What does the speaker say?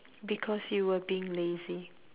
because you were being lazy